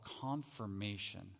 confirmation